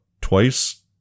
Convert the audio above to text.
twice